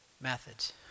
methods